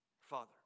Father